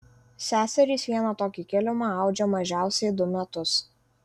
seserys vieną tokį kilimą audžia mažiausiai du metus